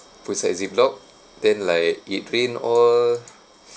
put inside ziploc then like it been all